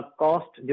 cost